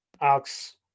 Alex